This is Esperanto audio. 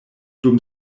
dum